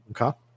Okay